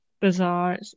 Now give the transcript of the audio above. bizarre